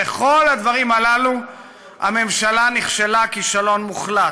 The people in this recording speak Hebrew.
בכל הדברים הללו הממשלה נכשלה כישלון מוחלט.